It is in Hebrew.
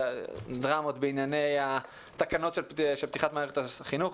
דרמות בענייני תקנות פתיחת מערכת החינוך,